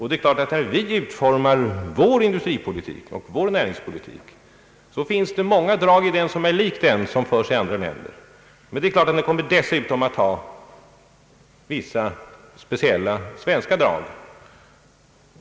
När vi utformar vår industripolitik och vår näringspolitik finns det i den givetvis många drag som överensstämmer med den politik som förs i andra länder. Men vår politik kommer självfallet också att ha vissa speciellt svenska drag.